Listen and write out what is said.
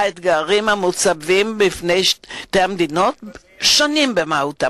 האתגרים המוצבים בפני שתי המדינות שונים במהותם,